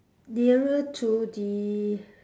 nearer to the